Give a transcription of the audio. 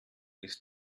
ist